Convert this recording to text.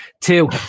Two